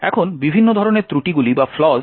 এখন বিভিন্ন ধরনের ত্রুটিগুলি কী তা দেখা যাক